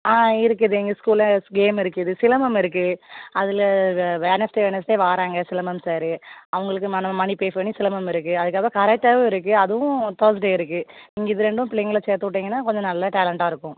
ஆ இருக்குது எங்கள் ஸ்கூலில் கேம்மு இருக்குது சிலம்பம் இருக்குது அதில் வெ வெட்னஸ்டே வெட்னஸ்டே வாராங்க சிலம்பம் சார் அவங்களுக்கு மனம் மனி பே பண்ணி சிலம்பம் இருக்குது அதுக்காக கராத்தேவும் இருக்குது அதுவும் தர்ஸ்டே இருக்குது நீங்கள் இது ரெண்டும் பிள்ளைங்களை சேர்த்து விட்டிங்கனா கொஞ்சம் நல்லா டேலண்டாக இருக்கும்